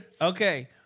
Okay